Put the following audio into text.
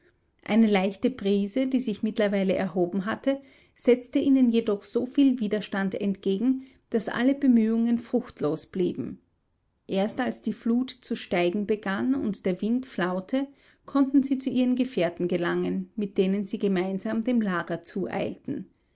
eine leichte brise die sich mittlerweile erhoben hatte setzte ihnen jedoch so viel widerstand entgegen daß alle bemühungen fruchtlos blieben erst als die flut zu steigen begann und der wind flaute konnten sie zu ihren gefährten gelangen mit denen sie gemeinsam dem lager zueilten